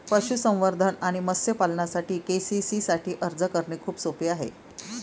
पशुसंवर्धन आणि मत्स्य पालनासाठी के.सी.सी साठी अर्ज करणे खूप सोपे आहे